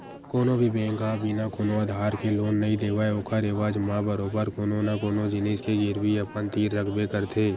कोनो भी बेंक ह बिना कोनो आधार के लोन नइ देवय ओखर एवज म बरोबर कोनो न कोनो जिनिस के गिरवी अपन तीर रखबे करथे